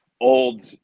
old